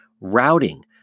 routing